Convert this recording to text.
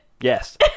Yes